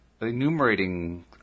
enumerating